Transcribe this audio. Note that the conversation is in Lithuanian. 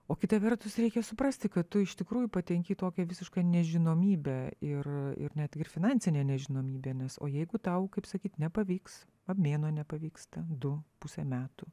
o kita vertus reikia suprasti kad tu iš tikrųjų patenki į tokią visišką nežinomybę ir ir netgi finansinė nežinomybė nes o jeigu tau kaip sakyt nepavyks va mėnuo nepavyksta du pusę metų